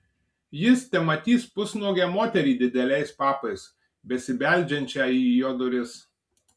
jis tematys pusnuogę moterį dideliais papais besibeldžiančią į jo duris